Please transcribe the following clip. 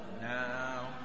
now